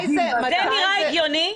זה נראה הגיוני?